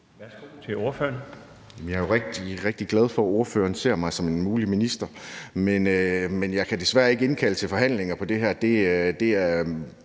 rigtig, rigtig glad for, at ordføreren ser mig som en mulig minister, men jeg kan desværre ikke indkalde til forhandlinger om det her.